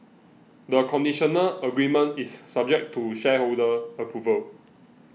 the conditional agreement is subject to shareholder approval